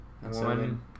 One